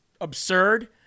absurd